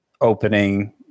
opening